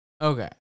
Okay